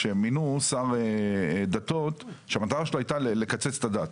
כשמינו שר דתות שהמטרה שלו הייתה לקצץ את הדת,